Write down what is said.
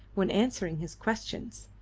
when answering his questions.